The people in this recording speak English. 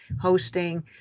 hosting